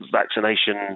vaccination